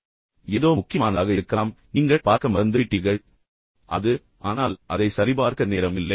நீங்கள் விட்டுவிட்டீர்கள் ஏதோ முக்கியமானதாக இருக்கலாம் புதைக்கப்பட்டுள்ளது நீங்கள் பார்க்க மறந்துவிட்டீர்கள் அது ஆனால் அதை சரிபார்க்க நேரம் இல்லை